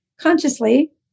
consciously